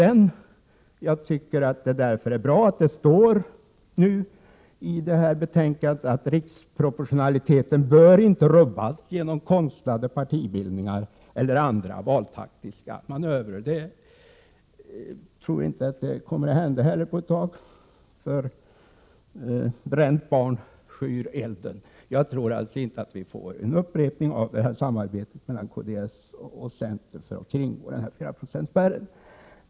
Därför är det bra att det nu i propositionen står att 103 riksproportionaliteten inte bör rubbas genom konstlade partibildningar eller andra valtaktiska manövrer. Det tror jag inte heller kommer att hända på ett tag — bränt barn skyr ju elden. Jag tror alltså inte att vi får någon upprepning av samarbetet mellan kds och centern för att kringgå 4-procentsspärren.